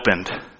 opened